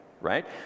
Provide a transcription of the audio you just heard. Right